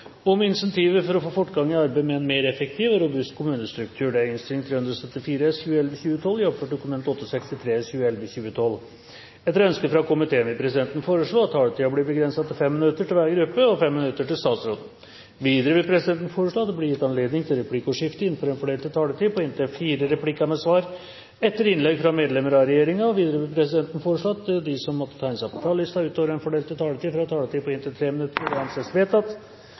om ordet til sak nr. 1. Etter ønske fra kommunal- og forvaltningskomiteen vil presidenten foreslå at taletiden blir begrenset til 5 minutter til hver gruppe og 5 minutter til statsråden. Videre vil presidenten foreslå at det blir gitt anledning til replikkordskifte på inntil fire replikker med svar etter innlegg fra medlemmer av regjeringen innenfor den fordelte taletid. Videre vil presidenten foreslå at de som måtte tegne seg på talerlisten utover den fordelte taletid, får en taletid på inntil 3 minutter. – Det anses vedtatt.